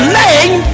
name